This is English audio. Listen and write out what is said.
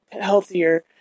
healthier